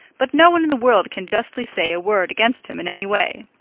but no one in the world can justly say a word against him in any way.